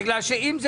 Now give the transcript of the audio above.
בגלל שאם זה